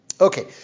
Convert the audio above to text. Okay